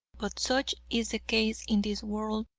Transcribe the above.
but such is the case in this world,